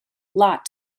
lot